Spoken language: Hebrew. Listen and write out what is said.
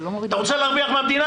אתה רוצה להרוויח מהמדינה?